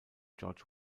george